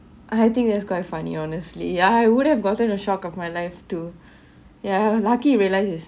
I think that's quite funny honestly ya I would have gotten a shock of my life too yeah lucky realize his